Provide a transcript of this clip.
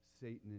Satan